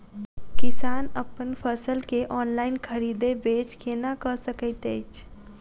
किसान अप्पन फसल केँ ऑनलाइन खरीदै बेच केना कऽ सकैत अछि?